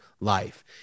life